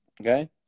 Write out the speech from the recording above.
okay